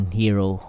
hero